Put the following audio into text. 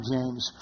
James